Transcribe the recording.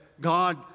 God